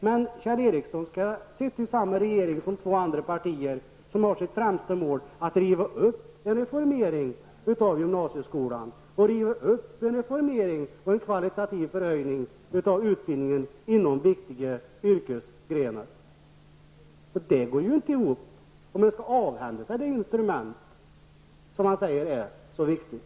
Men Kjell Ericsson skall sitta i samma regering som två andra partier som har som främsta mål att riva upp en reformering av gymnasieskolan och riva upp en reformering och kvalitativ förhöjning av utbildningen inom viktiga yrkesgrenar. Det går inte ihop om man skall avhända sig det instrument som man säger är så viktigt.